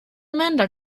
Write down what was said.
amanda